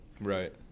Right